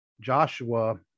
Joshua